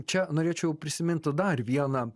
čia norėčiau prisiminti dar vieną